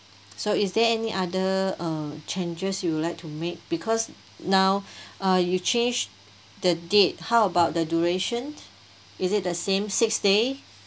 so is there any other uh changes you would like to make because now uh you change the date how about the duration is it the same six day